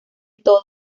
todo